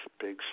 big